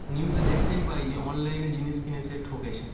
নিউজে দেখতেই পাই যে অনলাইনে জিনিস কিনে সে ঠকেছে